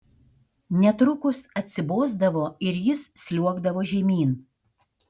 netrukus atsibosdavo ir jis sliuogdavo žemyn